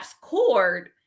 cord